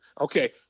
Okay